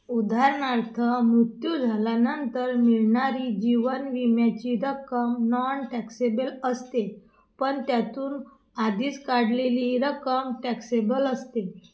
उदाहरणार्थ मृत्यू झाल्यानंतर मिळणारी जीवन विम्याची रक्कम नॉन टॅक्सेबल असते पण त्यातून आधीच काढलेली रक्कम टॅक्सेबल असते